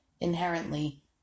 inherently